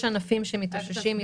יש ענפים שמתאוששים יותר.